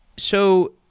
so,